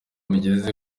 bigeze